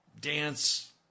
dance